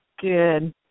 Good